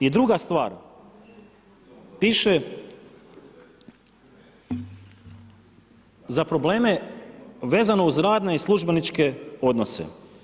I druga stvar, piše, za probleme vezano uz radne i službeničke odnose.